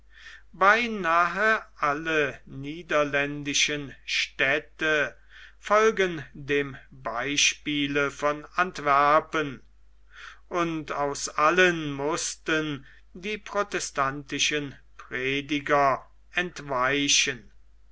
beinahe alle niederländischen städte folgten dem beispiele von antwerpen und aus allen mußten die protestantischen prediger entweichen